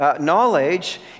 knowledge